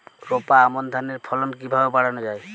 রোপা আমন ধানের ফলন কিভাবে বাড়ানো যায়?